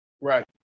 Right